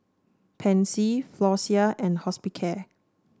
Pansy Floxia and Hospicare